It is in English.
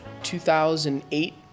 2008